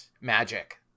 magic